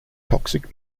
toxic